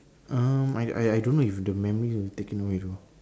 um I I don't know if the memory is taken away or not